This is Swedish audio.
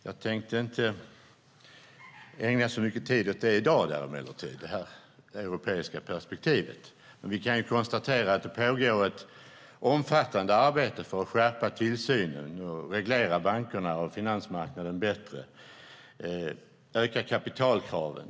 Jag tänker emellertid inte ägna så mycket tid åt det europeiska perspektivet i dag, men vi kan konstatera att det pågår ett omfattande arbete för att skärpa tillsynen, reglera bankerna och finansmarknaden bättre och öka kapitalkraven.